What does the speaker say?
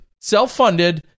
Self-funded